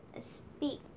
speak